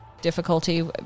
difficulty